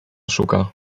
szuka